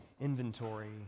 inventory